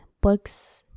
books